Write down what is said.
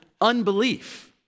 unbelief